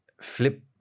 flip